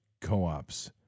co-ops